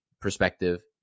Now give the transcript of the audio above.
perspective